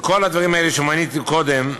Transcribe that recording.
וכל הדברים שמניתי קודם.